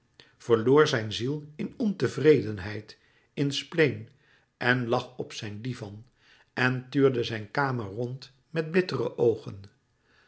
verloor zijn ziel in ontevredenheid in spleen en lag op zijn divan en tuurde zijn kamer rond met bittere oogen